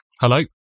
Hello